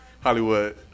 Hollywood